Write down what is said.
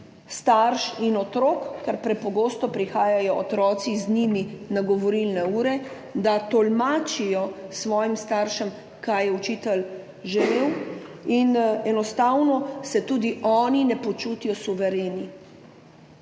starš in otrok, ker prepogosto prihajajo otroci z njimi na govorilne ure, da tolmačijo svojim staršem, kaj je učitelj želel, in enostavno se tudi oni ne počutijo suvereni.